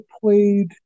played